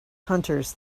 hunters